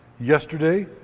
yesterday